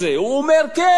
הוא אומר: כן,